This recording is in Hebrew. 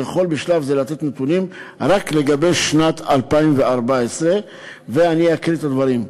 אני יכול בשלב זה לתת נתונים רק לגבי שנת 2014. אני אקריא את הדברים: